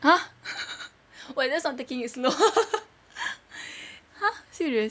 !huh! what that's not taking it slow !huh! serious